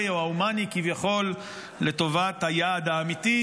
או ההומני כביכול לטובת היעד האמיתי,